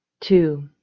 Two